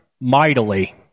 mightily